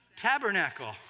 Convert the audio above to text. tabernacle